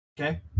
Okay